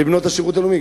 בבנות השירות הלאומי.